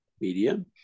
media